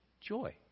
Joy